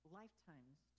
lifetimes